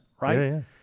right